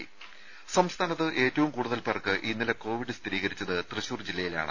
രുമ സംസ്ഥാനത്ത് ഏറ്റവും കൂടുതൽ പേർക്ക് ഇന്നലെ കോവിഡ് സ്ഥിരീകരിച്ചത് തൃശൂർ ജില്ലയിലാണ്